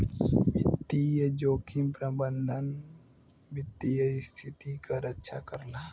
वित्तीय जोखिम प्रबंधन वित्तीय स्थिति क रक्षा करला